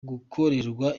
gukorerwa